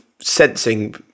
sensing